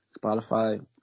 Spotify